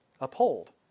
uphold